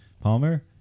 Palmer